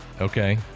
Okay